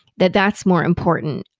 that that's more important,